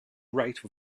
rate